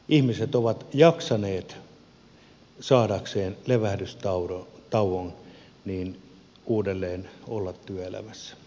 ihmiset ovat jaksaneet saatuaan levähdystauon uudelleen olla työelämässä